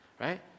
right